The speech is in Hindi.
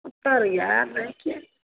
उतर गया है लड़के